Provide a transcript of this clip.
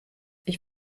ich